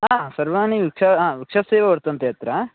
आ सर्वाणि व् च आ वृक्षस्य एव वर्तन्ते अत्र